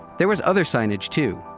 there was other signage too,